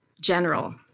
general